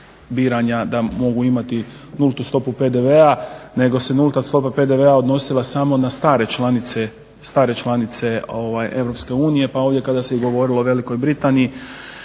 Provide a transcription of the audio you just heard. da mogu imati nultu stopu PDV-a nego se nulta stopa PDV-a odnosila samo na stare članice EU. Pa ovdje kad se govorilo o Velikoj Britaniji